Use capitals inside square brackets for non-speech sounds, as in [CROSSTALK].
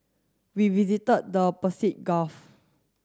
we visited the [UNINTELLIGIBLE] Gulf